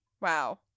Wow